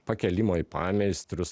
pakėlimo į pameistrius